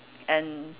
and